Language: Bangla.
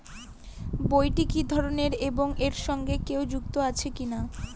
বইটি কি ধরনের এবং এর সঙ্গে কেউ যুক্ত আছে কিনা?